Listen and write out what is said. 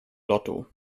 lotto